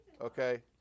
Okay